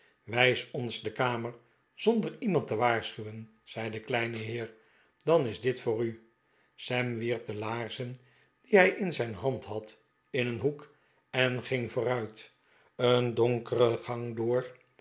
wijs ons de kamer zonder iemand te waarschuwen zei de kleine heer dan is dit voor u sam wierp de laarzen die hij in zijn hand had in een hoek en ging vooruit een donkere gang door